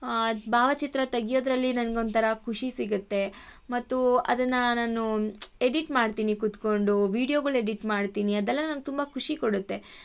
ಅದು ಭಾವಚಿತ್ರ ತೆಗ್ಯೋದ್ರಲ್ಲಿ ನನ್ಗೊಂಥರ ಖುಷಿ ಸಿಗುತ್ತೆ ಮತ್ತು ಅದನ್ನು ನಾನು ಎಡಿಟ್ ಮಾಡ್ತೀನಿ ಕುತ್ಕೊಂಡು ವಿಡಿಯೋಗಳ್ ಎಡಿಟ್ ಮಾಡ್ತೀನಿ ಅದೆಲ್ಲ ನನಗೆ ತುಂಬ ಖುಷಿ ಕೊಡುತ್ತೆ